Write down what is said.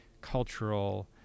cultural